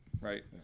right